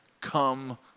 Come